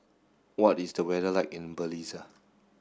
what is the weather like in Belize